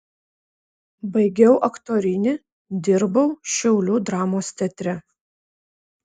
baigiau aktorinį dirbau šiaulių dramos teatre